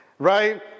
Right